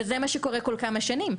וזה מה שקורה כל כמה שנים.